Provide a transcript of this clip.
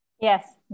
Yes